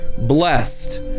blessed